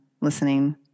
listening